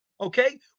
okay